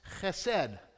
chesed